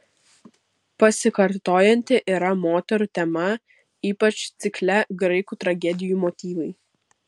pasikartojanti yra moterų tema ypač cikle graikų tragedijų motyvai